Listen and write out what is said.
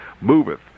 moveth